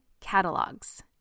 catalogs